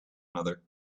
another